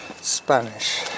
Spanish